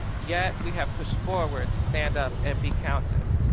yet, we have pushed forward to stand up and be counted.